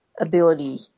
ability